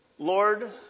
Lord